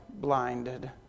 blinded